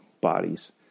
bodies